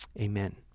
amen